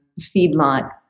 feedlot